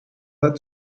led